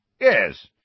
Yes